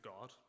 God